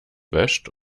wäscht